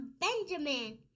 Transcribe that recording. Benjamin